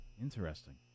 interesting